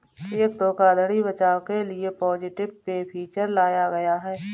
check धोखाधड़ी बचाव के लिए पॉजिटिव पे फीचर लाया गया है